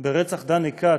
ברצח דני כץ,